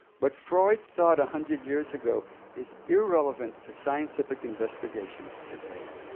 what freud thought a hundred years ago is irrelevant to scientific investigations today.